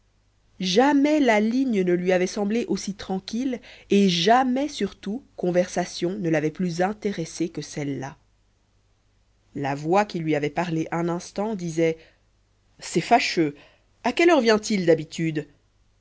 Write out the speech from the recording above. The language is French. jamais la ligne ne lui avait semblé aussi tranquille et jamais surtout conversation ne l'avait plus intéressé que celle-là la voix qui lui avait parlé un instant disait c'est fâcheux à quelle heure vient-il d'habitude